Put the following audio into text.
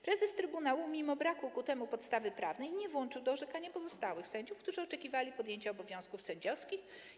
Prezes trybunału, mimo braku podstawy prawnej, nie włączył do orzekania pozostałych sędziów, którzy oczekiwali podjęcia obowiązków sędziowskich.